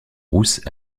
rousse